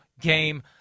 game